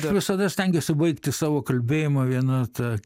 aš visada stengiuosi baigti savo kalbėjimą viena ta